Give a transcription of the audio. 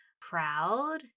proud